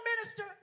minister